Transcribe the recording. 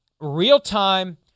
real-time